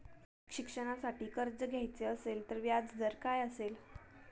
शिक्षणासाठी कर्ज घ्यायचे असेल तर व्याजदर काय असेल?